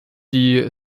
die